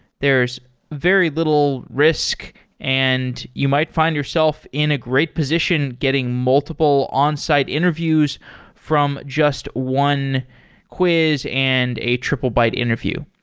there's very little risk and you might find yourself in a great position getting multiple onsite interviews from just one quiz and a triplebyte interview.